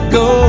go